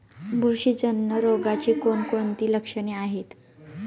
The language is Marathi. बुरशीजन्य रोगाची कोणकोणती लक्षणे आहेत?